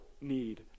need